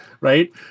Right